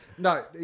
No